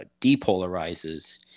depolarizes